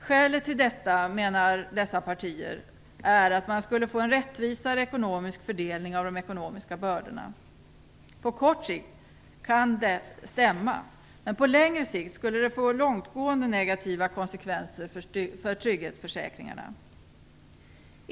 Skälet till detta, menar dessa partier, är att man skulle få en rättvisare ekonomisk fördelning av de ekonomiska bördorna. På kort sikt kan det stämma, men på längre sikt skulle det få långtgående negativa konsekvenser för trygghetsförsäkringarna.